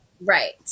Right